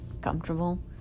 comfortable